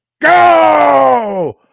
go